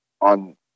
on